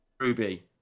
Ruby